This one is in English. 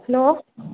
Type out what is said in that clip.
hello